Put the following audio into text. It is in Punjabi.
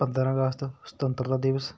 ਪੰਦਰ੍ਹਾਂ ਅਗਸਤ ਸੁਤੰਤਰਤਾ ਦਿਵਸ